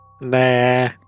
Nah